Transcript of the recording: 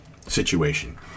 situation